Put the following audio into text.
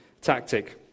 tactic